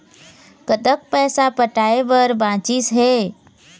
कतक पैसा पटाए बर बचीस हे?